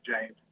James